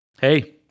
Hey